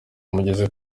mugeze